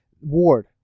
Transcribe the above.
Ward